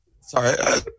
Sorry